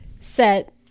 set